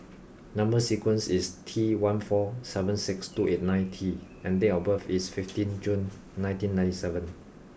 number sequence is T one four seven six two eight nine T and date of birth is fifteenth June nineteen ninety seven